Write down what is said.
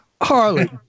Harley